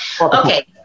Okay